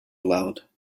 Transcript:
aloud